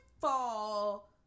fall